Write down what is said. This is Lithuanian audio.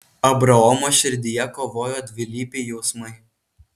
abraomo širdyje kovojo dvilypiai jausmai